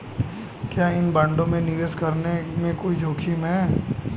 क्या इन बॉन्डों में निवेश करने में कोई जोखिम है?